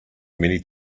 many